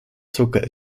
zucker